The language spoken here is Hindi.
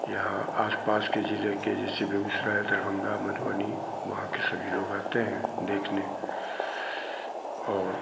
यहाँ आस पास के ज़िले के जैसे बेगूसराय दरभंगा मधुबनी वहाँ के सभी लोग आते हैं देखने और